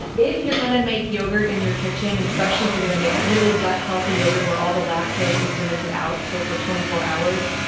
if you're gonna make yogurt in your kitchen, and especially if you're gonna make really gut-healthy yogurt where all the lactose is fermented out, so for twenty four hours,